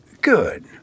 Good